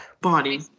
Body